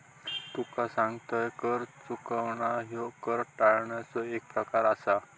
तुका सांगतंय, कर चुकवणा ह्यो कर टाळण्याचो एक प्रकार आसा